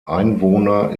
einwohner